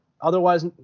otherwise